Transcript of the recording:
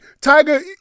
tiger